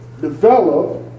develop